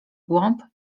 głąb